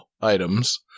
items